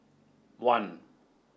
one